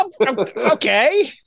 Okay